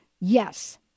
Yes